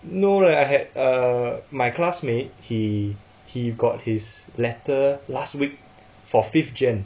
no leh I had uh my classmate he he got his letter last week for fifth jan